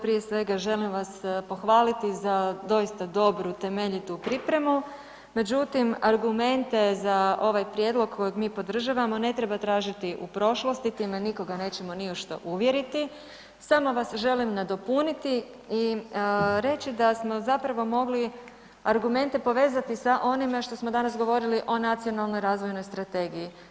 Prije svega, želim vas pohvaliti za doista dobru temeljitu pripremu, međutim, argumente za ovaj prijedlog kojeg mi podržavamo ne treba tražiti u prošlosti, time nikoga nećemo ni u što uvjeriti, samo vas želim nadopuniti i reći da smo zapravo mogli argumente povezati sa onime što smo danas govorili o Nacionalnoj razvojnoj strategiji.